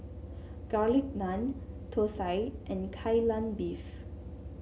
Garlic Naan thosai and Kai Lan Beef